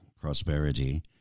prosperity